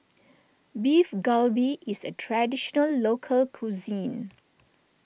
Beef Galbi is a Traditional Local Cuisine